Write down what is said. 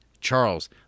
Charles